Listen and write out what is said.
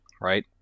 right